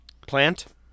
Plant